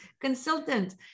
consultant